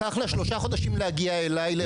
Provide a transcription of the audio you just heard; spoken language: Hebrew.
ולקח לה שלושה חודשים להגיע אליי לרפואה יועצת.